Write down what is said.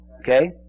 okay